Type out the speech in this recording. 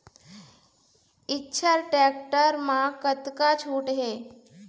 Eicher tractor म कतका छूट हे?